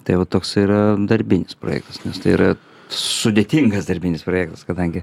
tai va toks yra darbinis projektas nes tai yra sudėtingas darbinis projektas kadangi